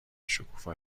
شکوفا